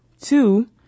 Two